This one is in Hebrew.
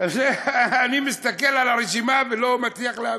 אני מסתכל על הרשימה ולא מצליח להבין.